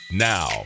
Now